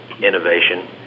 innovation